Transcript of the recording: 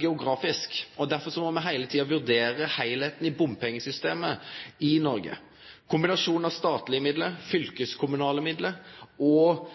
geografisk. Derfor må me heile tida vurdere heilskapen i bompengesystemet i Noreg. Kombinasjonen av statlege midlar, fylkeskommunale midlar og